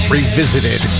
Revisited